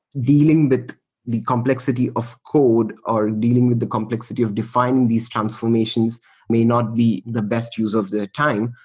dealing with the complexity of code or dealing with the complexity of defining these transformations may not be the best user of their time.